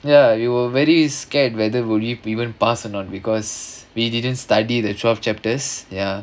ya we were very scared whether would we even pass or not because we didn't study the twelve chapters ya